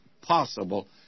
possible